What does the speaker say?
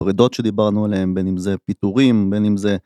פרידות שדיברנו עליהן בין אם זה פיטורים בין אם זה